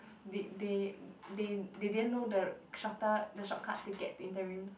that they they they didn't know the shorter the shortcut to get interim